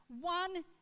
one